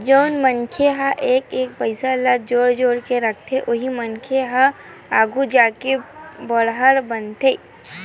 जउन मनखे ह एक एक पइसा ल जोड़ जोड़ के रखथे उही मनखे मन ह आघु जाके बड़हर बनथे